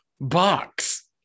box